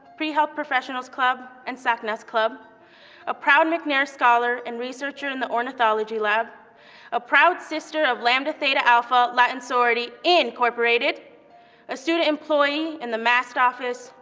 pre-health professionals club, and sacnas club a proud mcnair scholar and researcher in the ornithology lab a proud sister of lambda theta alpha latin sorority incorporated a student employee in the mast office,